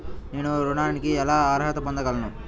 నేను ఋణానికి ఎలా అర్హత పొందగలను?